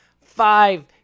five